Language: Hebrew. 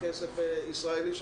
כסף ישראלי.